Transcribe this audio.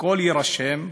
הכול יירשם,